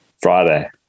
Friday